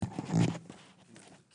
12:46.